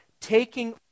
taking